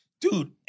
Dude